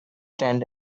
tent